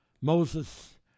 Moses